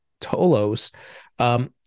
Tolos